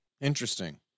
Interesting